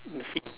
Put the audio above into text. the seat